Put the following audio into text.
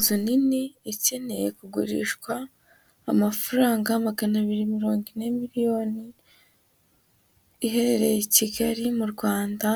Inzu nini ikeneye kugurishwa amafaranga magana abiri mirongo ine miliyoni ihererereye i Kigali mu Rwanda,